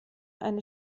eine